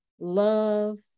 love